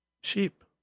sheep